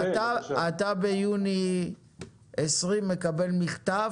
אתה ביוני 2020 מקבל מכתב?